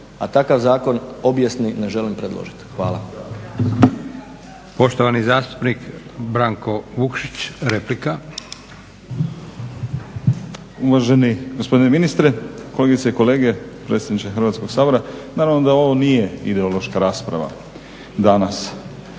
a takav zakon obijesni ne želim predložiti. Hvala.